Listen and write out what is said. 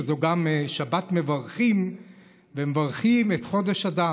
וזו גם שבת שמברכים את חודש אדר.